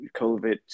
COVID